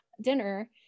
dinner